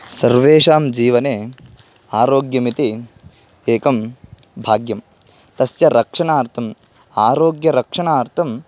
सर्वेषां जीवने आरोग्यमिति एकं भाग्यं तस्य रक्षणार्थम् आरोग्यरक्षणार्थं